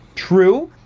true,